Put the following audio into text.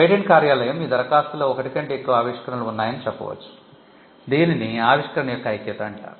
patent కార్యాలయం మీ దరఖాస్తులో ఒకటి కంటే ఎక్కువ ఆవిష్కరణలు ఉన్నాయని చెప్పవచ్చు దీనిని ఆవిష్కరణ యొక్క ఐక్యత అంటారు